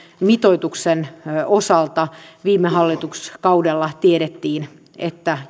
mitoituksen osalta viime hallituskaudella tiedettiin että